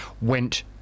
went